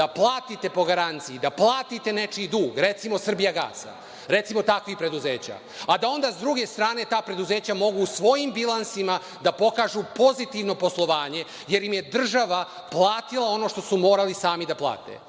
da platite po garanciji, da platite nečiji dug, recimo „Srbijagasa“, takvih preduzeća, a da onda sa druge strane ta preduzeća mogu u svojim bilansima da pokažu pozitivno poslovanje jer im je država platila ono što su morali sami da plate. Znači,